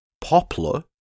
poplar